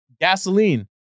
gasoline